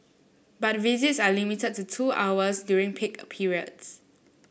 but visits are limited to two hours during peak periods